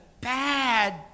bad